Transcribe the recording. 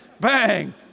bang